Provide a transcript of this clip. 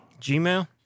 Gmail